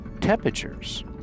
temperatures